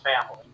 family